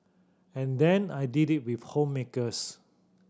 and then I did it with homemakers